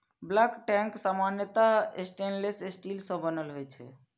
bulk tank सामान्यतः stainless steel सं बनल होइ छै